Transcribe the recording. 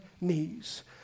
knees